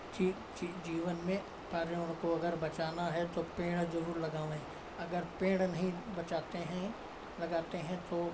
कि कि जीवन में पर्यावरण को अगर बचाना है तो पेड़ ज़रूर लगावें अगर पेड़ नहीं बचाते हैं लगाते हैं तो